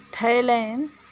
Thailand